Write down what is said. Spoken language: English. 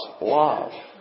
love